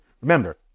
Remember